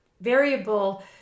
variable